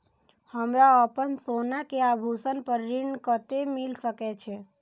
हमरा अपन सोना के आभूषण पर ऋण कते मिल सके छे?